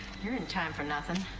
you're in time for nothin'.